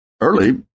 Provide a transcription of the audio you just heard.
Early